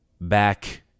Back